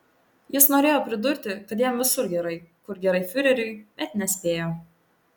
jis norėjo pridurti kad jam visur gerai kur gerai fiureriui bet nespėjo